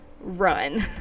Run